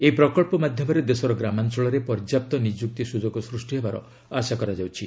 ଏହି ପ୍ରକଳ୍ପ ମାଧ୍ୟମରେ ଦେଶର ଗ୍ରାମାଞ୍ଚଳରେ ପର୍ଯ୍ୟାପ୍ତ ନିଯୁକ୍ତି ସୁଯୋଗ ସ୍ଚଷ୍ଟି ହେବାର ଆଶା କରାଯାଉଛି